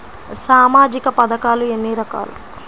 సామాజిక పథకాలు ఎన్ని రకాలు?